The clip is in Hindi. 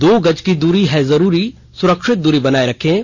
दो गज की दूरी है जरूरी सुरक्षित दूरी बनाए रखें